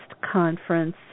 Conference